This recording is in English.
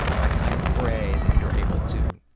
i i pray that you're able to